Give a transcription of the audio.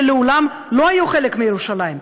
שלעולם לא היו חלק מירושלים,